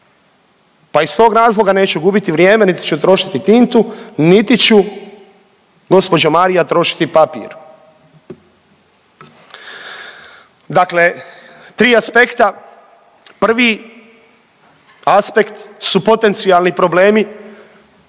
pa iz tog razloga neću gubiti vrijeme niti ću trošiti tintu niti ću, gđo. Marija, trošiti papir. Dakle 3 aspekta, prvi aspekt su potencijalni problemi